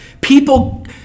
People